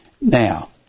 Now